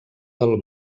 del